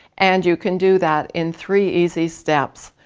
and you can do that in three easy steps.